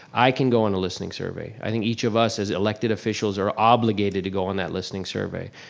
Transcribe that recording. i can go on a listening survey. i think each of us as elected officials are obligated to go on that listening survey.